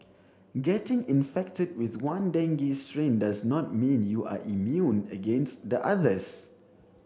getting infected with one dengue strain does not mean you are immune against the others